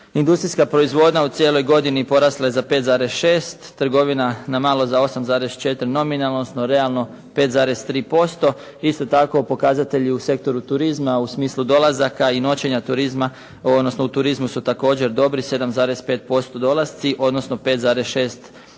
Industrijska proizvodnja u cijeloj godini porasla je za 5,6, trgovina na malo za 8,4 nominalno, odnosno realno 5,3%, isto tako pokazatelji u sektoru turizma u smislu dolazaka i noćenja turizma, odnosno u turizmu su također dobri, 7,5% dolasci, odnosno 5,6%